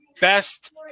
best